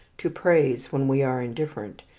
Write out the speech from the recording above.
to praise when we are indifferent,